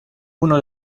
uno